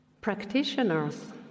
practitioners